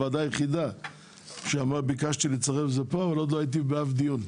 הוועדה היחידה שביקשתי להצטרף זה פה ועוד לא הייתי באף דיון.